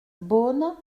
beaune